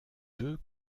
deux